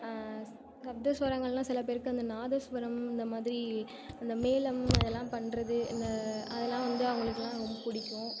சப்தஸ்வரங்கள்னா சிலப்பேருக்கு அந்த நாதஸ்வரம் இந்த மாதிரி அந்த மேளம் அதெல்லாம் பண்ணுறது இந்த அதெல்லாம் வந்து அவங்களுக்கெல்லம் ரொம்ப பிடிக்கும்